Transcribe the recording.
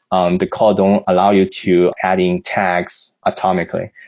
um the call don't allow you to adding tags atomically.